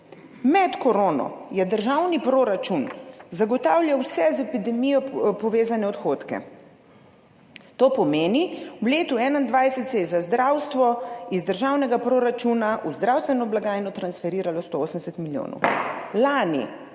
Med korono je državni proračun zagotavljal vse z epidemijo povezane odhodke, to pomeni, v letu 2021 se je za zdravstvo iz državnega proračuna v zdravstveno blagajno transferiralo 180 milijonov,